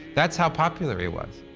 that's how popular he was.